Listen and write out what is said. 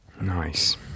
Nice